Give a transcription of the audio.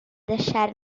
deixar